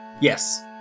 Yes